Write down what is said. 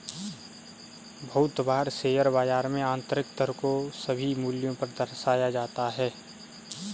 बहुत बार शेयर बाजार में आन्तरिक दर को सभी मूल्यों पर दर्शाया जाता है